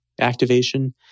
activation